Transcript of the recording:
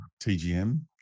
TGM